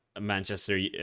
Manchester